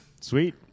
Sweet